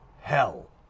Hell